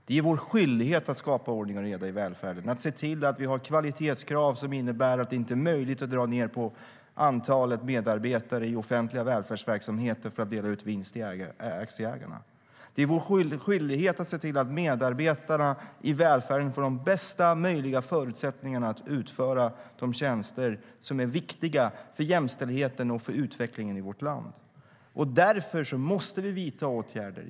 Det är vår skyldighet att skapa ordning och reda i välfärden och se till att vi har kvalitetskrav som innebär att det inte är möjligt att dra ned på antalet medarbetare i offentliga välfärdsverksamheter för att dela ut vinst till aktieägarna. Det är vår skyldighet att se till att medarbetarna i välfärden får de bästa möjliga förutsättningarna att utföra de tjänster som är viktiga för jämställdheten och för utvecklingen i vårt land. Därför måste vi vidta åtgärder.